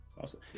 awesome